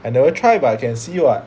I never try but I can see [what]